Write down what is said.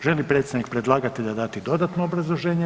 Želi li predstavnik predlagatelja dati dodatno obrazloženje?